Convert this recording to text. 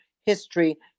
history